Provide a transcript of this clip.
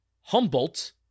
Humboldt